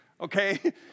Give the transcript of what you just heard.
Okay